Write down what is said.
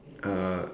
uh